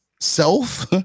self